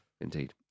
Indeed